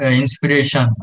inspiration